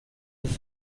ist